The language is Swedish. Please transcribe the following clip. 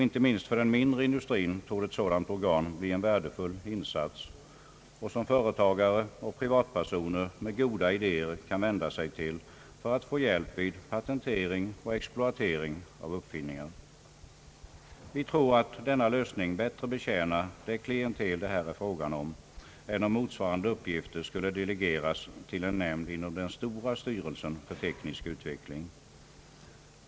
Inte minst för en mindre industri torde ett sådant organ bli en värdefull instans, som företagare och privatpersoner med goda idéer kan vända sig till för att få hjälp vid patentering och exploatering av uppfinningar. Vi tror att denna lösning bättre betjänar det klientel, det här är fråga om, än om motsvarande uppgifter skulle delegeras till en nämnd inom den stora styrelsen för teknisk utveckling.